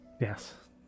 Yes